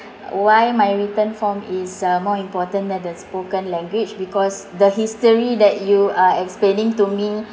why my written form is uh more important than the spoken language because the history that you are explaining to me